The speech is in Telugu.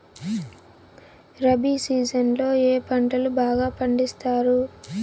రబి సీజన్ లో ఏ పంటలు బాగా పండిస్తారు